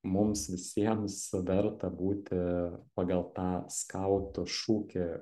mums visiems verta būti pagal tą skautų šūkį